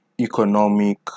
economic